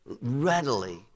readily